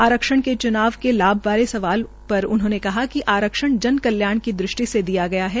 आरक्षण के चुनाव में लाभ बारे सवाल पर उन्होंने कहा कि आरक्षण जनकल्याण की दृष्टि से दिया गया है